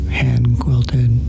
hand-quilted